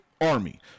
army